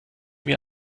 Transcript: mir